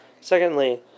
Secondly